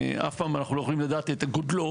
שאף פעם אנחנו לא יכולים לדעת את גודלו,